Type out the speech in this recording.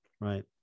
Right